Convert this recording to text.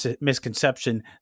misconception